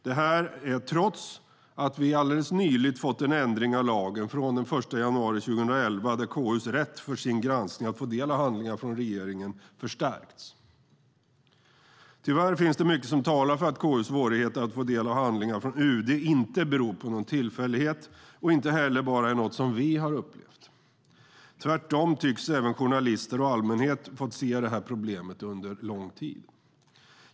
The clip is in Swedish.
Det här skedde trots att vi den 1 januari 2011 fick en ändring av lagen där KU:s rätt att få del av handlingar från regeringen för sin granskning förstärktes. Tyvärr finns det mycket som talar för att KU:s svårigheter att få del av handlingar från UD inte beror på någon tillfällighet och inte heller är något som bara KU har upplevt. Tvärtom tycks även journalister och allmänhet haft detta problem under lång tid.